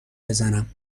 بزنم